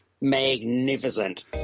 magnificent